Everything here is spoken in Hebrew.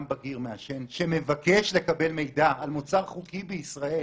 בגיר מעשן שמבקש לקבל מידע על מוצר חוקי בישראל,